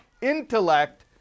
intellect